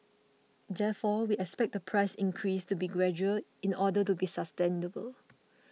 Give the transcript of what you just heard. therefore we expect the price increase to be gradual in order to be sustainable